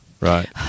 Right